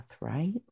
right